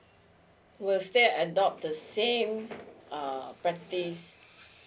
was there adopt the same err practice